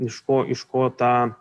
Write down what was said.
iš ko iš ko tą